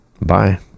Bye